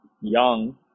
young